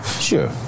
Sure